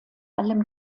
allem